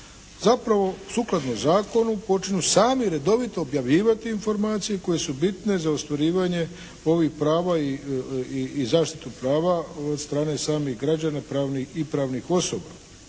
zapravo sukladno zakonu počnu sami redovito objavljivati informacije koje su bitne za ostvarivanje ovih prava i zaštitu prava od strane samih građana i pravnih osoba